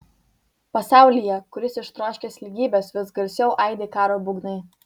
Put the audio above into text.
pasaulyje kuris ištroškęs lygybės vis garsiau aidi karo būgnai